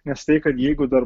nes tai kad jeigu dar